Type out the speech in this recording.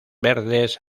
verde